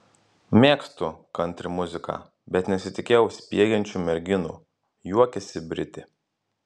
mėgstu kantri muziką bet nesitikėjau spiegiančių merginų juokiasi britė